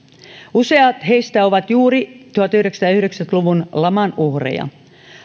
useat heistä ovat juuri tuhatyhdeksänsataayhdeksänkymmentä luvun laman uhreja